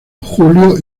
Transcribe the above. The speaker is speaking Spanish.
julio